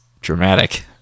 dramatic